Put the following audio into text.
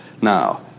now